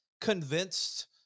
convinced